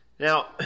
Now